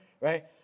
right